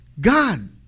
God